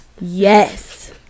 yes